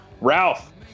Ralph